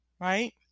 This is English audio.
right